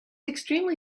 extremely